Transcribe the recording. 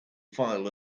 file